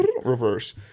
Reverse